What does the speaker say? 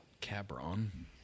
Cabron